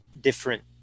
different